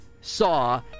saw